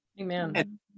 Amen